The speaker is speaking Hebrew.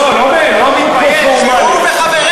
לא, לא באופן פורמלי, הוא וחבריך.